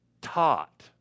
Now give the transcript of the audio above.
taught